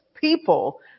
people